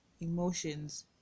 emotions